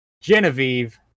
Genevieve